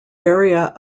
area